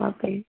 okay